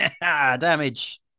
damage